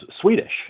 Swedish